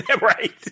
Right